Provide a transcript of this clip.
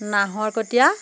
Naharkatia